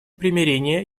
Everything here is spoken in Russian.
примирения